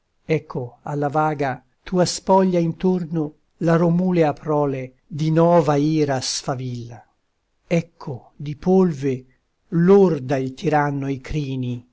ecco alla vaga tua spoglia intorno la romulea prole di nova ira sfavilla ecco di polve lorda il tiranno i crini